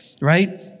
right